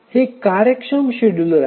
हे कार्यक्षम शेड्युलर आहे